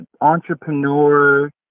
entrepreneur